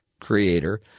creator